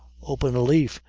open a leaf,